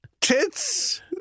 tits